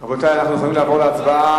רבותי, אנחנו יכולים לעבור להצבעה.